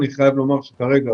אני חייב להגיד שכרגע